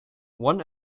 one